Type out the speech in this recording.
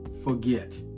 Forget